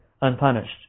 unpunished